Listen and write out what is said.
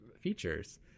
features